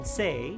say